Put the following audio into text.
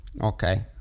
Okay